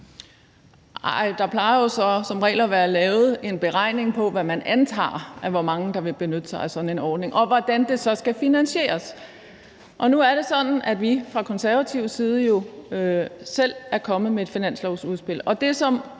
Nej, der plejer så som regel at være lavet en beregning på, hvor mange man antager der vil benytte sig af sådan en ordning, og hvordan den så skal finansieres. Og nu er det sådan, at vi fra Konservatives side jo selv er kommet med et finanslovsudspil, og det, som